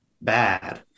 Bad